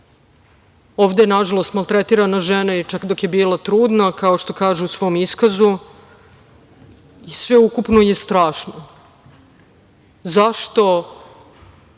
ovde je nažalost maltretirana žena čak dok je bila trudna, kao što kaže u svom iskazu i sveukupno je strašno. Zašto